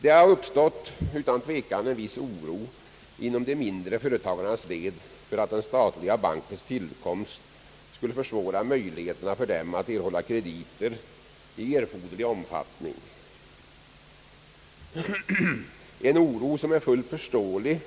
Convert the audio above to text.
Inom de mindre företagarnas led har det utan tvekan uppstått en viss oro för att den statliga bankans tillkomst skulle försvåra för dem att erhålla krediter i erforderlig omfattning, en oro som är fullt förståelig